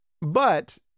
But-